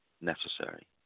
necessary